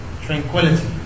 tranquility